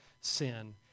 sin